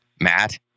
Matt